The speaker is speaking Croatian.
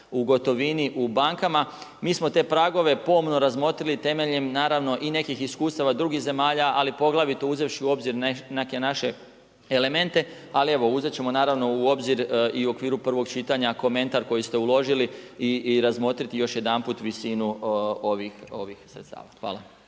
u gotovini u bankama, mi smo te pragove pomno razmotrili temeljem i nekih iskustava i drugih zemalja, a poglavito uzevši u obzir neke naše elemente. Ali evo uzet ćemo u obzir i u okviru prvog čitanja komentar koji ste uložili i razmotriti još jedanput visinu ovih sredstava. Hvala.